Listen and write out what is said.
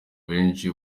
benshi